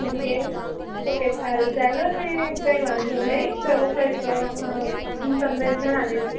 okay okay સારું ચાલોને કંઇ વાંધો નહીં તો એવું હોય તો હં હું તમને જણાવીશ